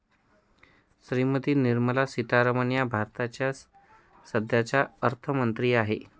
श्रीमती निर्मला सीतारामन या भारताच्या सध्याच्या अर्थमंत्री आहेत